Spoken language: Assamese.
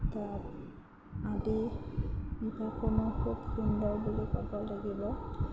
ধৰক আদি বিভাগসমূহ খুব সুন্দৰ বুলি ক'ব লাগিব